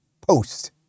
post